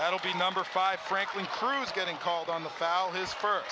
that'll be number five franklin cruz getting called on the foul his first